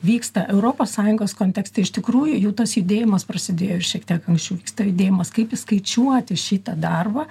vyksta europos sąjungos kontekste iš tikrųjų jau tas judėjimas prasidėjo ir šiek tiek anksčiau vyksta judėjimas kaip įskaičiuoti šitą darbą